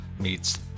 meets